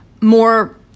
more